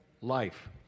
life